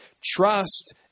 Trust